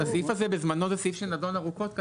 הסעיף הזה בזמנו זה סעיף שנדון ארוכות כאן